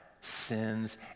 sins